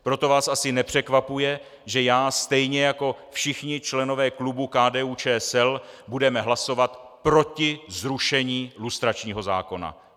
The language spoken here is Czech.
Proto vás asi nepřekvapuje, že já stejně jako všichni členové klubu KDUČSL budeme hlasovat proti zrušení lustračního zákona.